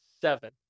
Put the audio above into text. Seven